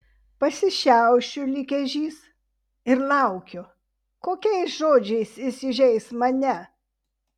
pasišiaušiu lyg ežys ir laukiu kokiais žodžiais jis įžeis mane